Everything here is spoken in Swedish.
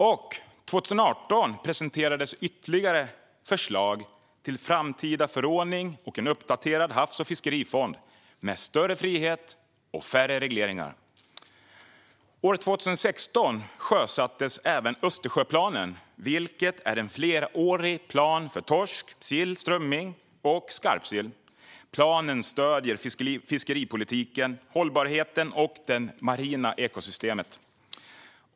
År 2018 presenterades också ytterligare förslag till framtida förordning och en uppdaterad havs och fiskerifond med större frihet och färre regleringar. År 2016 sjösattes även Östersjöplanen. Det är en flerårig plan för torsk, sill, strömming och skarpsill. Planen stöder fiskeripolitiken, hållbarheten och det marina ekosystemet.